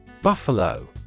Buffalo